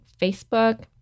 facebook